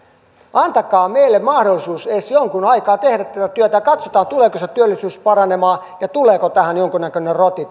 antakaa meille mahdollisuus edes jonkun aikaa tehdä tätä työtä ja katsotaan tuleeko se työllisyys paranemaan ja tuleeko tähän yhteiskuntaan jonkunnäköinen roti